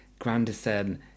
Granderson